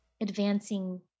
advancing